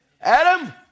Adam